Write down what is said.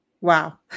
Wow